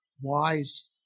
wise